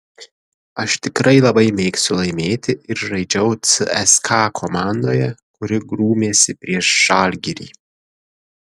aš tikrai labai mėgstu laimėti ir žaidžiau cska komandoje kuri grūmėsi prieš žalgirį